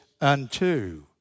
unto